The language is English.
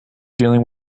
dealing